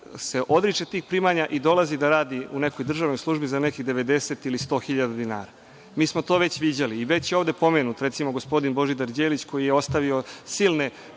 se odriče tih primanja i dolazi da radi u nekoj državnoj službi za nekih 90 ili 100 hiljada dinara. Mi smo to već viđali i već je ovde pomenuta. Recimo, gospodin Božidar Đelić koji je ostavio silnu